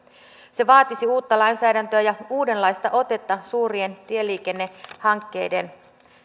se vaatisi uutta lainsäädäntöä ja uudenlaista otetta suurien tieliikennehankkeiden